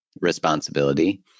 responsibility